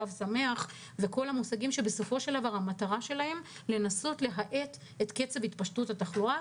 תו שמח וכל המושגים שהמטרה שלהם היא לנסות להאט את קצב התפשטות התחלואה.